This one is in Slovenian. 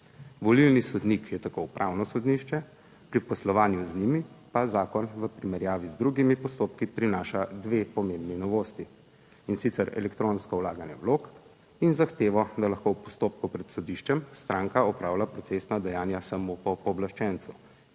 Volilni sodnik je tako upravno sodišče. Pri poslovanju z njimi pa zakon v primerjavi z drugimi postopki prinaša dve pomembni novosti, in sicer elektronsko vlaganje vlog in zahtevo, da lahko v postopku pred sodiščem stranka opravlja procesna dejanja samo po pooblaščencu,